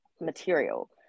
material